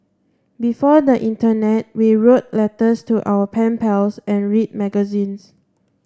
before the internet we wrote letters to our pen pals and read magazines